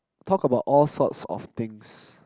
talk about all sorts of things